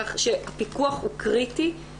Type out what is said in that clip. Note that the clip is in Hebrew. כך שפיקוח הוא קריטי.